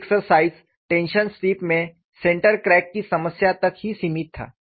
हमारी exercise tension strip में centre crack की समस्या तक ही सीमित था